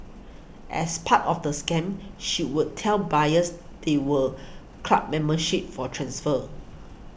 as part of the scam she would tell buyers there were club memberships for transfer